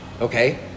Okay